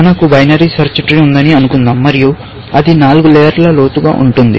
మనకు binary search tree ఉందని అనుకుందాం మరియు అది 4 లేయర్ల లోతుగా ఉంటుంది